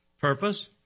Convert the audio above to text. Purpose